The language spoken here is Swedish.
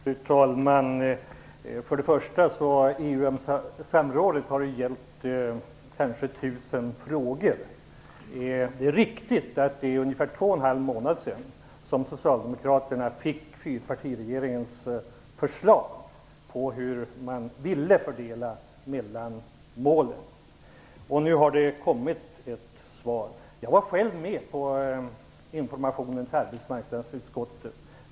Fru talman! För det första vill jag säga att EU samrådet har gällt nästan tusen frågor. Det är riktigt att det är ungefär två och en halv månad sedan socialdemokraterna fick fyrpartiregeringens förslag på hur man ville fördela mellan målen. Nu har det kommit ett svar. Jag var själv med på informationen i arbetsmarknadsutskottet.